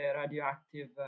radioactive